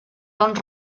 tons